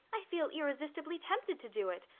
i feel irresistibly tempted to do it.